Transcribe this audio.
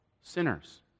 sinners